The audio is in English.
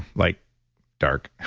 light dark,